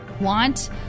want